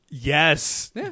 Yes